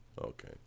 Okay